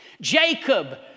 Jacob